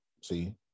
See